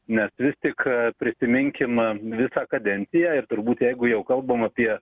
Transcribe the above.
nes vistik a prisiminkim m visą kadenciją ir turbūt jeigu jau kalbam apie